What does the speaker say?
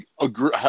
agree